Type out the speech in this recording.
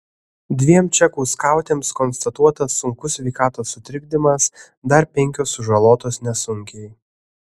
dviem čekų skautėms konstatuotas sunkus sveikatos sutrikdymas dar penkios sužalotos nesunkiai